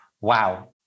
Wow